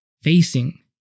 facing